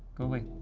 go away.